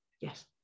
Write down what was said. yes